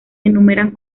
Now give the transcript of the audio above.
enumeran